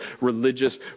religious